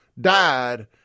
died